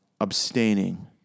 abstaining